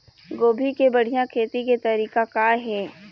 गोभी के बढ़िया खेती के तरीका का हे?